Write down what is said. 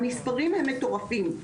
המספרים הם מטורפים,